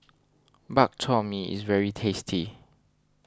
Bak Chor Mee is very tasty